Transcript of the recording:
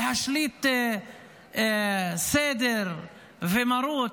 להשליט סדר ומרות,